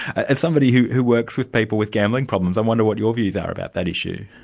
as somebody who who works with people with gambling problems, i wonder what your views are about that issue?